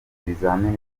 ibizamini